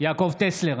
יעקב טסלר,